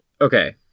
okay